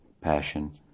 passion